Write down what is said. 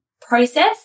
process